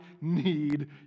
need